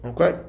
Okay